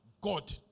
God